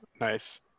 Nice